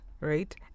right